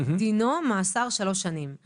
דינו מאסר שלוש שנים.